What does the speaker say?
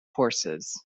horses